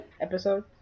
episode